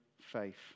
faith